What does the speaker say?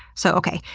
so okay,